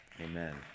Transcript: Amen